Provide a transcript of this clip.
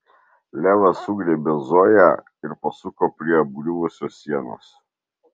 levas sugriebė zoją ir pasuko prie apgriuvusios sienos